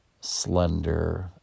slender